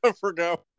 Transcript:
forgot